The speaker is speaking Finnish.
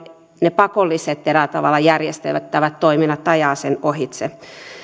ne eräällä tavalla pakolliset järjestettävät toiminnat ajavat sen ohitse